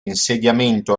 insediamento